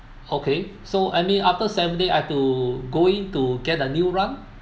okay so I mean after seven day I've to go in to get a new run